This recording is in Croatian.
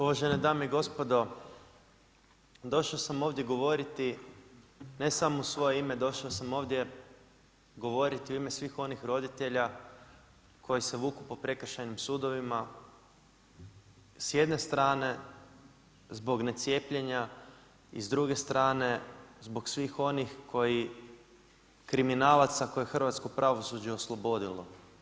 Uvažene dame i gospodo, došao sam ovdje govoriti ne samo u svoje ime, došao sam ovdje govoriti u ime svih onih roditelja koji se vuku po prekršajnim sudovima s jedne strane zbog ne cijepljenja i s druge strane zbog svih onih kriminalaca koje je hrvatsko pravosuđe oslobodilo.